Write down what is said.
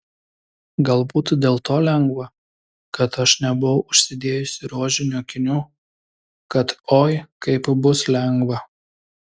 galbūt dėl to lengva kad aš nebuvau užsidėjusi rožinių akinių kad oi kaip bus lengva